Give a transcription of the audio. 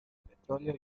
petróleo